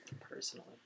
Personally